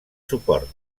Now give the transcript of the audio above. suport